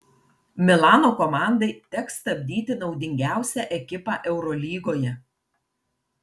milano komandai teks stabdyti naudingiausią ekipą eurolygoje